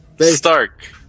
Stark